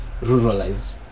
ruralized